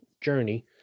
journey